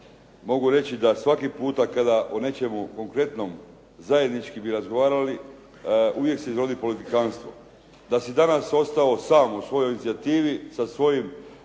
mogu reći da svaki puta kada o nečemu konkretnom zajednički bi razgovarali uvijek se izvodi politikanstvo. Da si danas ostao sam u svojoj inicijativi, sa svojim